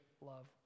love